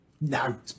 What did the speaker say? No